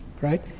Right